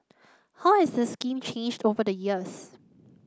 how has the scheme changed over the years